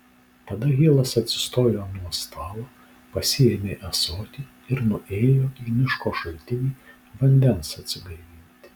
tada hilas atsistojo nuo stalo pasiėmė ąsotį ir nuėjo į miško šaltinį vandens atsigaivinti